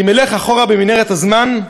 אם אלך אחורה במנהרת הזמן,